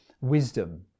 wisdom